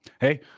Hey